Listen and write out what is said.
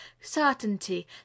certainty